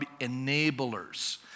enablers